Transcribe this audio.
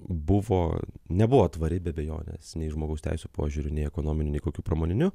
buvo nebuvo tvari be abejonės nei žmogaus teisių požiūriu nei ekonominiu nei kokiu pramoniniu